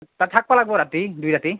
তাত থাকপা লাগিব ৰাতি দুই ৰাতি